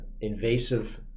invasive